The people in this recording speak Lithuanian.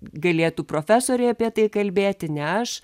galėtų profesoriai apie tai kalbėti ne aš